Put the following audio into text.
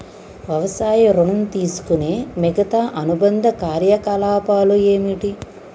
వ్యవసాయ ఋణం తీసుకునే మిగితా అనుబంధ కార్యకలాపాలు ఏమిటి?